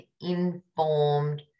informed